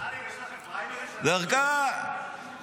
אמסלם, יש לכם פריימריז שאנחנו לא יודעים עליו?